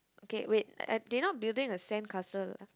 K wait I they not building a sandcastle